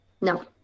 No